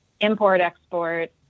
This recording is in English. import-export